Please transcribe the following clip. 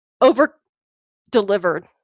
over-delivered